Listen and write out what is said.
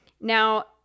Now